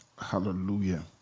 Hallelujah